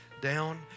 down